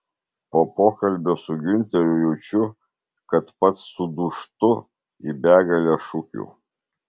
po pokalbio su giunteriu jaučiu kad pats sudūžtu į begalę šukių